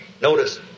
Notice